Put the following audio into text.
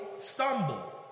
stumble